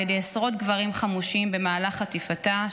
ידי עשרות גברים חמושים במהלך חטיפתה,